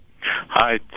Hi